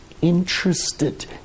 interested